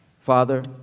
Father